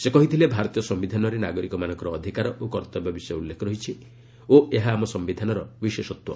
ସେ କହିଥିଲେ ଭାରତୀୟ ସମ୍ଭିଧାନରେ ନାଗରିକମାନଙ୍କର ଅଧିକାର ଓ କର୍ତ୍ତବ୍ୟ ବିଷୟ ଉଲ୍ଲେଖ ରହିଛି ଓ ଏହା ଆମ ସିୟିଧାନର ବିଶେଷତ୍ୱ